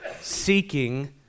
seeking